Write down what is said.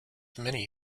many